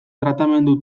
tratamendu